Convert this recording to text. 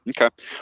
Okay